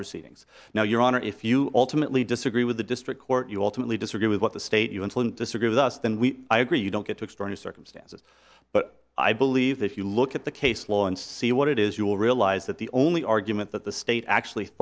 proceedings now your honor if you ultimately disagree with the district court you alternately disagree with what the state you insolent disagree with us then we i agree you don't get to external circumstances but i believe if you look at the case law and see what it is you will realize that the only argument that the state actually